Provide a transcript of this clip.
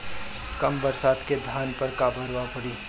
कम बरसात के धान पर का प्रभाव पड़ी?